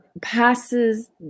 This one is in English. passes